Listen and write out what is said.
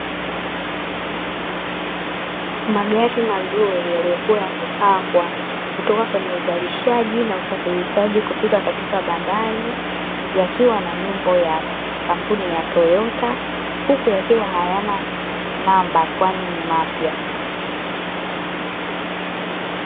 Magari mazuri yaliyokuwa yamepangwa, kutoka kwenye uzalishaji na usafirishaji kufika katika bandari, yakiwa na nembo ya kampuni ya toyota, huku yakiwa hayana namba kwani ni mapya.